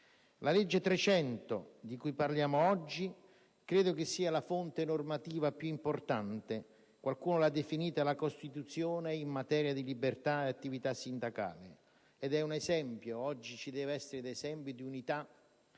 300 del 1970, di cui parliamo oggi, credo sia la fonte normativa più importante. Qualcuno l'ha definita la Costituzione in materia di libertà ed attività sindacale. Ed è un esempio: oggi ci deve essere di esempio di unità,